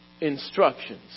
instructions